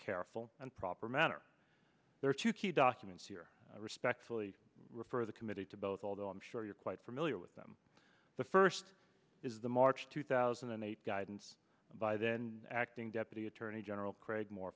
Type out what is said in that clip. careful and proper manner there are two key documents here i respectfully refer the committee to both although i'm sure you're quite familiar with them the first is the march two thousand and eight guidance by then acting deputy attorney general craig